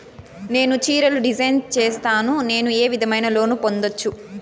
నేను చీరలు డిజైన్ సేస్తాను, నేను ఏ విధమైన లోను పొందొచ్చు